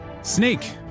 snake